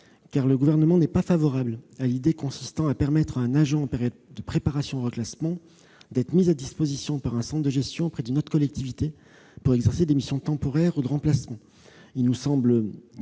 : le Gouvernement n'est pas favorable à l'idée consistant à permettre à un agent en période de préparation au reclassement d'être mis à disposition par un centre de gestion auprès d'une autre collectivité pour exercer des missions temporaires de remplacement. Il nous semble